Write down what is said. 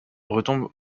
retombe